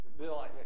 Bill